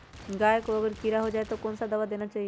गाय को अगर कीड़ा हो जाय तो कौन सा दवा देना चाहिए?